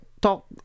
talk